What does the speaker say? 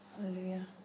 hallelujah